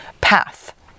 path